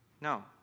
No